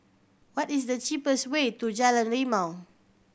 what is the cheapest way to Jalan Rimau